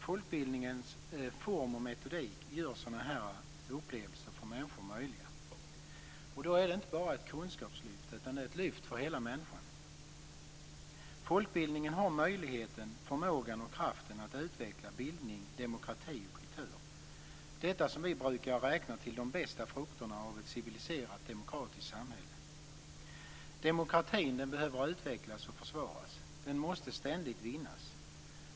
Folkbildningens form och metodik gör sådana här upplevelser för människor möjliga. Då är det inte bara ett kunskapslyft, utan det är ett lyft för hela människan. Folkbildningen har möjligheten, förmågan och kraften att utveckla bildning, demokrati och kultur - detta som vi brukar räkna till de bästa frukterna av ett civiliserat demokratiskt samhälle. Demokratin behöver utvecklas och försvaras. Den måste ständigt vinnas.